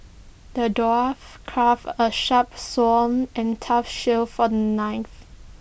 the dwarf crafted A sharp sword and tough shield for the knight